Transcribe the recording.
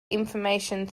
information